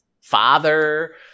father